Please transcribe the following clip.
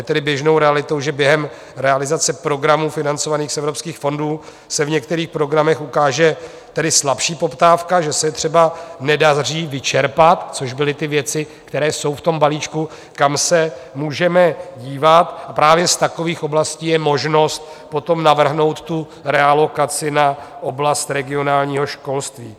Je tedy běžnou realitou, že během realizace programů financovaných z evropských fondů se v některých programech ukáže slabší poptávka, že se je třeba nedaří vyčerpat, což byly ty věci, které jsou v tom balíčku, kam se můžeme dívat, a právě z takových oblastí je potom možnost potom navrhnout realokaci na oblast regionálního školství.